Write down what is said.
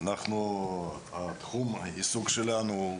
תחום העיסוק שלנו הוא